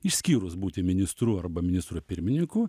išskyrus būti ministru arba ministru pirmininku